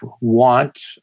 want